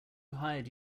hired